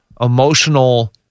emotional